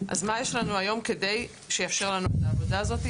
מה יש לנו היום כדי לאפשר לנו את העבודה הזאת?